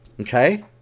Okay